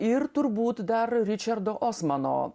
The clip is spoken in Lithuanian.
ir turbūt dar ričardo osmano